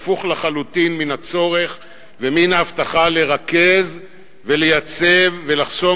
הפוך לחלוטין מן הצורך ומן ההבטחה לרכז ולייצב ולחסום